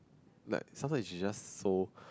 like sometimes she just so